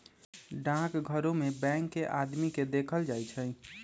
डाकघरो में बैंक के आदमी के देखल जाई छई